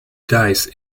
dice